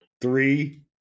Three